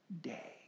day